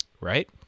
right